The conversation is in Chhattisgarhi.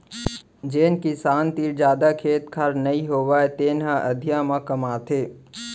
जेन किसान तीर जादा खेत खार नइ होवय तेने ह अधिया म कमाथे